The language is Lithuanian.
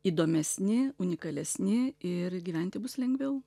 įdomesni unikalesni ir gyventi bus lengviau